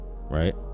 right